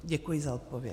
Děkuji za odpověď.